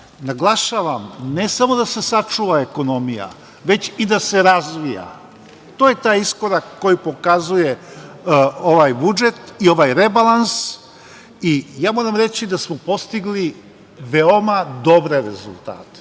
Naglašavam, ne samo da se sačuva ekonomija, već i da se razvija. To je taj iskorak koji pokazuje ovaj budžet i ovaj rebalans i ja moram reći da smo postigli veoma dobre rezultate.